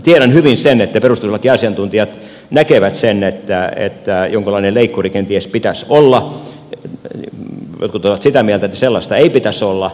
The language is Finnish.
tiedän hyvin sen että perustuslakiasiantuntijat näkevät sen että jonkunlainen leikkuri kenties pitäisi olla jotkut ovat sitä mieltä että sellaista ei pitäisi olla